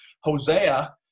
Hosea